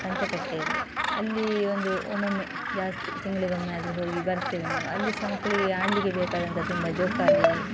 ಸಂತೆಕಟ್ಟೆಯಲ್ಲಿ ಅಲ್ಲಿ ಒಂದು ಒಮ್ಮೊಮ್ಮೆ ಜಾಸ್ತಿ ತಿಂಗಳಿಗೊಮ್ಮೆ ಆದರೂ ಹೋಗಿ ಬರ್ತೇವೆ ನಾವು ಅಲ್ಲಿ ಸಹ ಮಕ್ಕಳಿಗೆ ಆಡಲಿಕ್ಕೆ ಬೇಕಾದಂಥ ತುಂಬ ಜೋಕಾಲಿ